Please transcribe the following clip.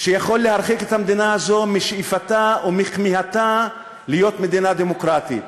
שיכול להרחיק את המדינה הזאת משאיפתה או מכמיהתה להיות מדינה דמוקרטית.